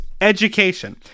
education